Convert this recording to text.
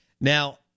Now